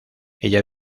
ella